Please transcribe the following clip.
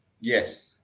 Yes